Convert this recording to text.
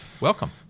Welcome